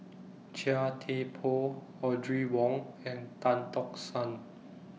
Chia Thye Poh Audrey Wong and Tan Tock San